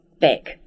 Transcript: back